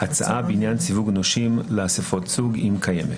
הצעה בעניין סיווג נושים לאסיפות סוג, אם קיימת.